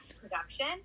production